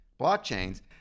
blockchains